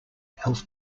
health